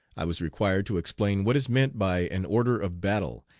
i was required to explain what is meant by an order of battle,